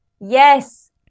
Yes